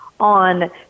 On